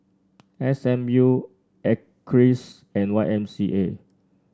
S M U Acres and Y M C A